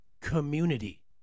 community